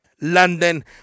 London